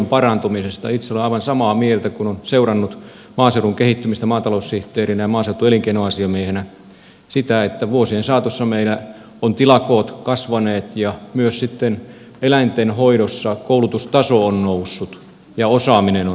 itse olen aivan samaa mieltä kun olen seurannut maaseudun kehittymistä maataloussihteerinä ja maaseutuelinkeinoasiamiehenä sitä että vuosien saatossa meillä ovat tilakoot kasvaneet ja myös sitten eläintenhoidossa koulutustaso on noussut ja osaaminen on noussut siinä